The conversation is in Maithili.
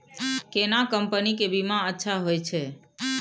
केना कंपनी के बीमा अच्छा होय छै?